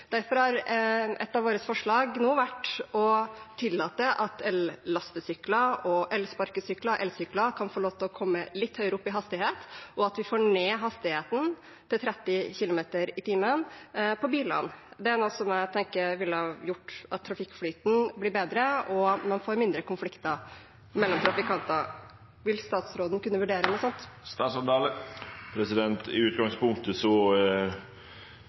Derfor har et av våre forslag nå vært å tillate at ellastesykler, elsparkesykler og elsykler kan få lov til å komme litt høyere opp i hastighet, og at vi får hastigheten ned til 30 km/t på bilene. Det er noe jeg tenker ville gjort at trafikkflyten ble bedre, og at man fikk færre konflikter mellom trafikanter. Vil statsråden kunne vurdere noe sånt?